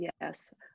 yes